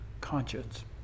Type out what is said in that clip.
conscience